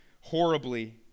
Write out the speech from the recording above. horribly